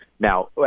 Now